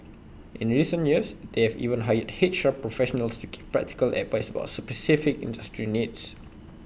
in recent years they have even hired H R professionals to give practical advice about specific industry needs